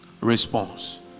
Response